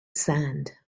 sand